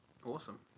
Awesome